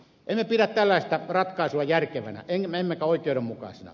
emme pidä tällaista ratkaisua järkevänä emmekä oikeudenmukaisena